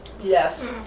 Yes